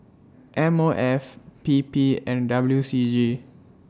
M O F P P and W C G